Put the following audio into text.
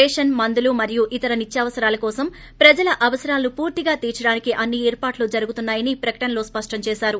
ration మందులు మరియు ఇతర నిత్యావసరాల కోసం ప్రజల అవసరాలను పూర్తిగా తీర్చడానికి అన్ని ఏర్పాట్లు జరుగుతున్నాయని ప్రకటనలో స్పష్టం చేశారు